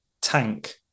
tank